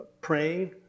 praying